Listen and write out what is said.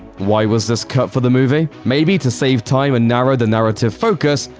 why was this cut for the movie? maybe to save time and narrow the narrative focus,